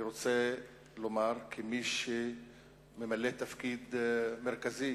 אני רוצה לומר, כמי שממלא תפקיד מרכזי